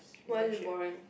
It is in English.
why is it boring